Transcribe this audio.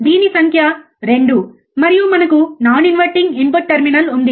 దీని సంఖ్య 2 మరియు మనకు నాన్ ఇన్వర్టింగ్ ఇన్పుట్ టెర్మినల్ ఉంది